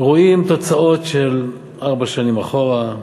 רואים תוצאות של ארבע שנים אחורה,